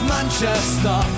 Manchester